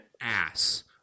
ass